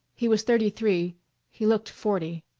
he was thirty three he looked forty.